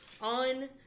on